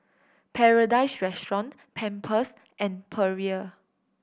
Paradise Restaurant Pampers and Perrier